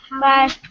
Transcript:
Bye